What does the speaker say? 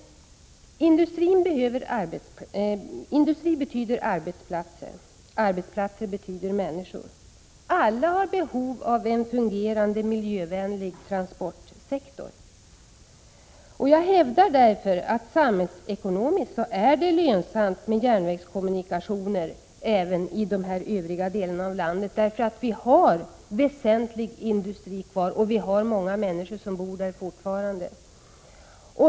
Industri betyder arbetsplatser, och arbetsplatser betyder människor. Alla har behov av en fungerande, miljövänlig transportsektor. Jag hävdar därför att det samhällsekonomiskt är lönsamt med järnvägskommunikationer även i dessa övriga delar av landet, därför att vi har väsentlig industri kvar där och därför att många människor bor kvar där fortfarande.